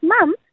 Mum